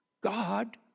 God